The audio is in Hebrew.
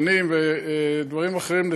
תנים ודברים אחרים,